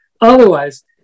Otherwise